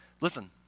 Listen